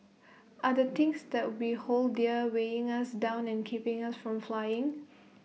are the things that we hold dear weighing us down and keeping us from flying